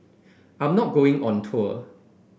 I'm not going on tour